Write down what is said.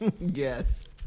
yes